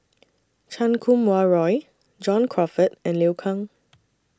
Chan Kum Wah Roy John Crawfurd and Liu Kang